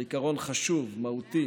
זה עיקרון חשוב, מהותי.